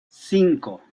cinco